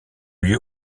lieu